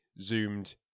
zoomed